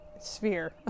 sphere